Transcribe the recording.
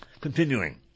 Continuing